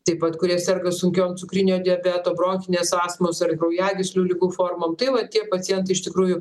taip pat kurie serga sunkiom cukrinio diabeto bronchinės astmos ir kraujagyslių ligų formom tai va tie pacientai iš tikrųjų